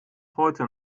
heute